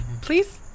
please